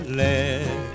let